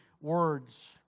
words